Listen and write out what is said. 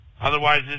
Otherwise